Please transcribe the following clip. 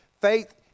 Faith